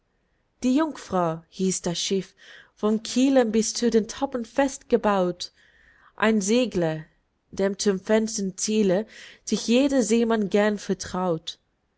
die jungfrau hieß das schiff vom kiele bis zu den toppen fest gebaut ein segler dem zum fernsten ziele sich jeder seemann gern vertraut